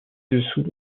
dessous